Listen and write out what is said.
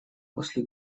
после